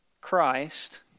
Christ